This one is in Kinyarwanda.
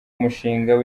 mushinga